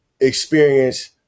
experience